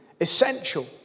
essential